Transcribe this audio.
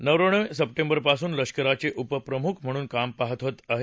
नरवणे सप्टेंबरपासून लष्कराचे उपप्रमुख म्हणून काम पाहत आहेत